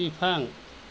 बिफां